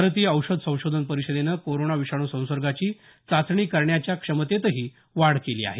भारतीय औषध संशोधन परिषदेनं कोरोना विषाणू संसर्गाची चाचणी करण्याच्या क्षमतेतही वाढ केली आहे